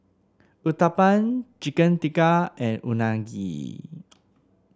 Uthapam Chicken Tikka and Unagi